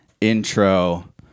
intro